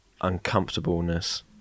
uncomfortableness